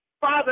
Father